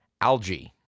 algae